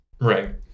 Right